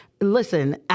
listen